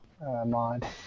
mod